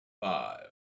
five